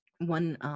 One